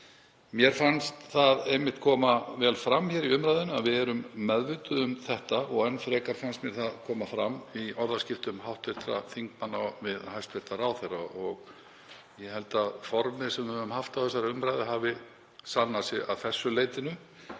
Mér fannst það einmitt koma vel fram í umræðunni að við erum meðvituð um þetta og enn frekar fannst mér það koma fram í orðaskiptum hv. þingmanna við hæstv. ráðherra. Ég held að formið sem við höfum haft á þessari umræðu hafi sannað sig að því leyti.